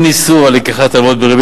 אין איסור על לקיחת הלוואות בריבית